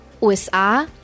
USA